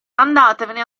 andatevene